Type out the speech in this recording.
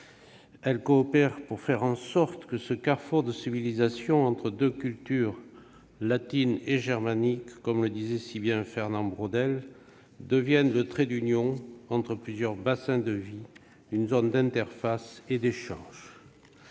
elles coopèrent pour faire en sorte que ce « carrefour de civilisations entre deux cultures latine et germanique », comme le disait si bien Fernand Braudel, devienne le trait d'union entre plusieurs bassins de vie, une zone d'interface et d'échanges.